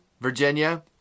Virginia